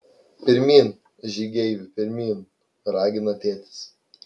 pirmyn žygeivi pirmyn ragina tėtis